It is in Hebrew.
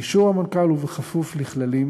באישור המנכ"ל ובכפוף לכללים